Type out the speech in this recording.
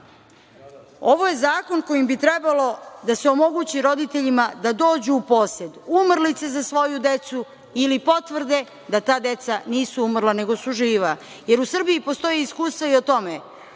Ovo je zakon kojim bi trebalo da se omogući roditeljima da dođu u posed umrlice za svoju decu ili potvrde da ta deca nisu umrla nego su živa. U Srbiji postoji iskustva i o tome